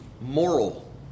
moral